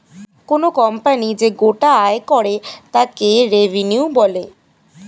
কোনো কোম্পানি যে গোটা আয় করে তাকে রেভিনিউ বলে